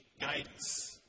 guidance